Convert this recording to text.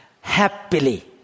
happily